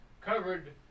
covered